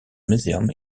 museum